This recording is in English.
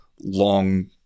long